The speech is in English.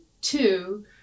two